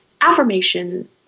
affirmation